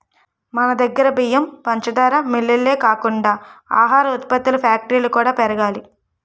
మనదగ్గర బియ్యం, పంచదార మిల్లులే కాకుండా ఆహార ఉత్పత్తుల ఫ్యాక్టరీలు కూడా పెరగాలి